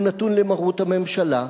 הוא נתון למרות הממשלה.